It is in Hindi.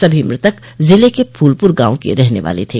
सभी मृतक जिले के फूलपुर गांव के रहने वाले थे